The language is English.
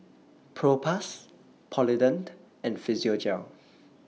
Propass Polident and Physiogel